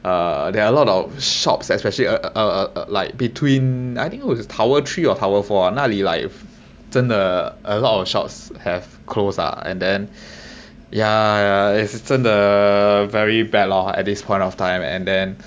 ah there are a lot of shops especially uh uh uh like between I think it was like tower three or tower four 那里 like 真的 a lot of shops have closed ah and then yeah it's 真的 very bad lah at this point of time and then